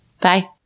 Bye